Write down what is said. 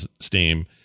Steam